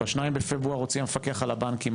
ב-2 בפברואר הוציא המפקח על הבנקים,